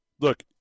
Look